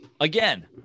again